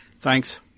Thanks